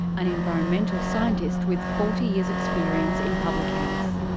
an environmental scientist with forty years' experience in public health.